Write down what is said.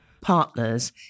partners